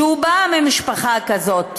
שבא ממשפחה כזאת.